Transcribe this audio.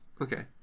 Okay